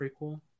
prequel